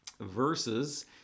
verses